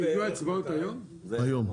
היום.